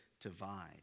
divide